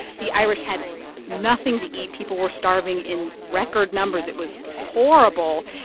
the irish had nothing to eat. people were starving in record numbers. it was horrible.